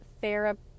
therapy